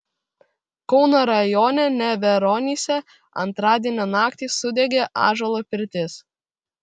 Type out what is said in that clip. kauno rajone neveronyse antradienio naktį sudegė ąžuolo pirtis